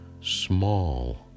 small